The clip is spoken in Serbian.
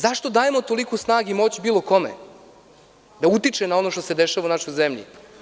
Zašto dajemo toliko snage i moći bilo kome da utiče na ono što se dešava u našoj zemlji.